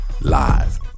live